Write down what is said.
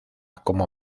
como